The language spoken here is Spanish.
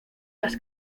las